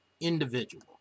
individual